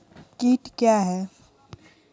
कीट क्या है?